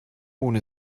ohne